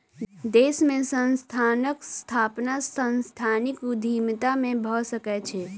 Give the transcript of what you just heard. देश में संस्थानक स्थापना सांस्थानिक उद्यमिता से भअ सकै छै